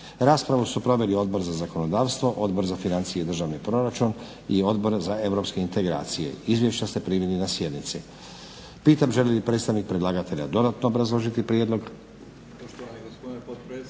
Raspravu su proveli Odbor za zakonodavstvo, Odbor za financije i državni proračun, Odbor za europske integracije. Izvješća ste također primili na sjednici. Želi li predstavnik predlagatelja dodatno obrazložiti prijedlog?